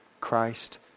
Christ